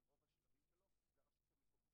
ללכת לאותם אתרים מסוכנים כשאנחנו רואים שיש ריבוי ליקויים,